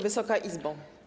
Wysoka Izbo!